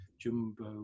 Jumbo